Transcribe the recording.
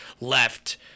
left